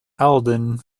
alden